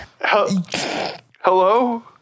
Hello